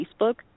Facebook